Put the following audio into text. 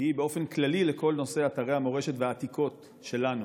והיא באופן כללי לכל נושא אתרי המורשת והעתיקות שלנו.